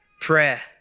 prayer